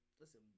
listen